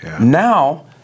Now